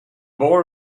boy